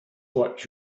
what